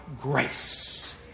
grace